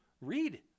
read